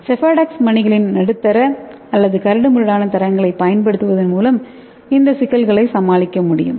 Sephadex மணிகளின் நடுத்தர அல்லது கரடுமுரடான தரங்களைப் பயன்படுத்துவதன் மூலம் இந்த சிக்கல்களை சமாளிக்க முடியும்